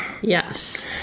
Yes